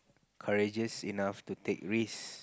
courageous enough to take risk